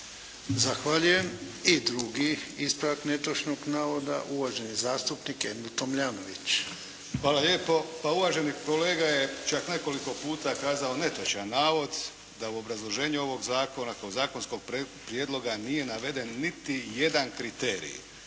Zahvaljujem. I drugi ispravak netočnog navoda, uvaženi zastupnik Emil Tomljanović. **Tomljanović, Emil (HDZ)** Hvala lijepo. Pa uvaženi kolega je čak nekoliko puta kazao netočan navod, da u obrazloženju ovog zakona kao zakonskog prijedloga nije naveden niti jedan kriterij.